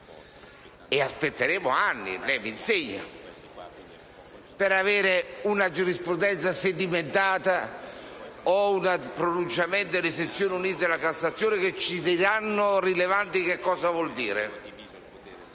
Aspetteremo anni - lei mi insegna - per avere una giurisprudenza sedimentata o un pronunciamento delle sezioni unite della Cassazione che ci diranno cosa vuol dire